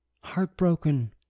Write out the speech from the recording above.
heartbroken